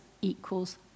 equals